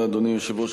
אדוני היושב-ראש,